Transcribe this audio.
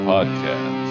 Podcast